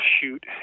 shoot